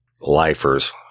lifers